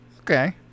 okay